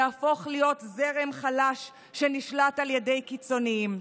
יהפוך להיות זרם חלש שנשלט על ידי קיצוניים.